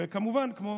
וכמובן, כמו